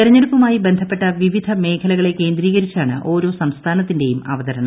തിരഞ്ഞെടുപ്പുമായി ബന്ധപ്പെട്ട വിവിധ മേഖലകളെ കേന്ദ്രീകരിച്ചാണ് ഓരോ സംസ്ഥാനത്തിൻറെയും അവതരണം